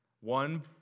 One